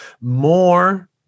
more